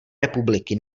republiky